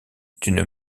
d’une